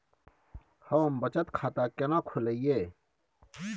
हम बचत खाता केना खोलइयै?